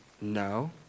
No